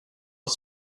att